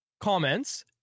comments